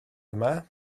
yma